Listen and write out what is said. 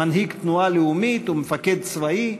מנהיג תנועה לאומית ומפקד צבאי,